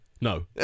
No